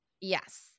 Yes